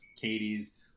katie's